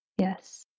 Yes